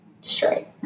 straight